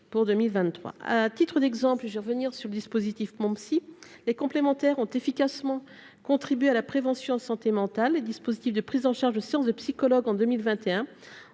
pour 2023, à titre d'exemple et je vais revenir sur le dispositif MonPsy les complémentaires ont efficacement contribuer à la prévention santé mentale, les dispositifs de prise en charge de séances de psychologue en 2021